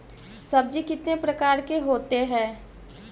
सब्जी कितने प्रकार के होते है?